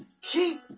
Keep